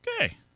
Okay